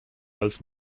als